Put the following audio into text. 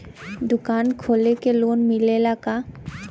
दुकान खोले के लोन मिलेला का?